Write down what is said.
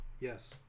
Yes